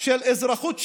של אזרחות שוויונית,